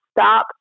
stop